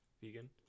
vegan